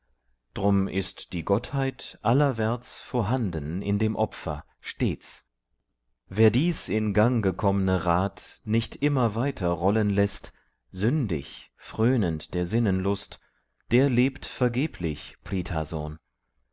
drum ist die gottheit allerwärts vorhanden in dem opfer stets wer dies in gang gekommne rad nicht immer weiter rollen läßt sündig fröhnend der sinnenlust der lebt vergeblich